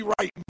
right